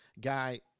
guy